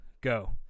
Go